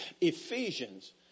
Ephesians